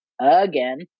again